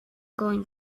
going